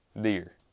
deer